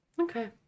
okay